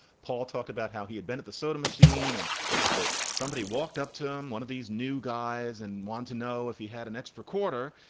paul talked about how he had been at the soda machine and that somebody walked up to um one of these new guys and want to know if he had an extra quarter.